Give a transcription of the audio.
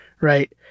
Right